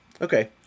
Okay